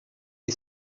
est